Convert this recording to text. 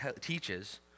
teaches